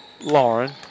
Lauren